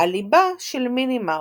על ליבה של מיני מאוס.